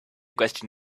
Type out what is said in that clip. question